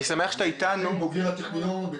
אני בוגר הטכניון.